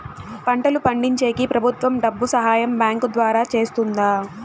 పంటలు పండించేకి ప్రభుత్వం డబ్బు సహాయం బ్యాంకు ద్వారా చేస్తుందా?